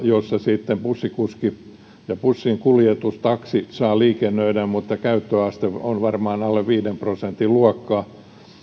jossa sitten bussikuski ja bussinkuljetus ja taksi saavat liikennöidä mutta käyttöaste on varmaan alle viiden prosentin luokkaa